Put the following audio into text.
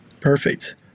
perfect